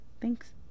Thanks